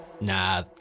Nah